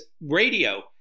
radio